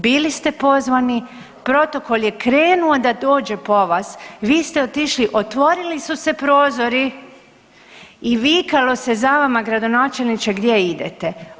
Bili ste pozvani, protokol je krenuo da dođe do vas, vi ste otišli, otvorili su se prozori i vikalo se za vama gradonačelniče gdje idete.